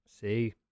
see